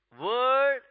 word